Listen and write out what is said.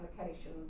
application